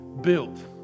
built